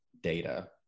data